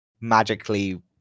magically